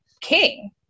king